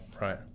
right